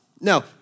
No